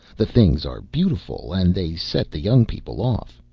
the things are beautiful, and they set the young people off.